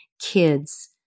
kids